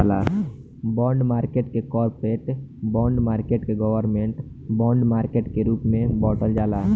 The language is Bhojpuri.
बॉन्ड मार्केट के corporate bond market government bond market के रूप में बॉटल जाला